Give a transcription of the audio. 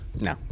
No